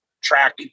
track